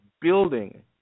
building